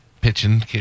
pitching